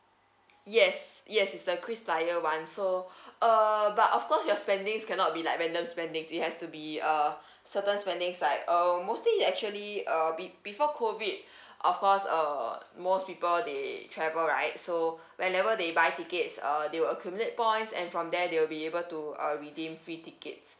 yes yes is the krisflyer [one] so uh but of course your spendings cannot be like random spendings it has to be a certain spendings like uh mostly actually uh be~ before COVID of course uh most people they travel right so whenever they buy tickets uh they will accumulate points and from there they will be able to uh redeem free tickets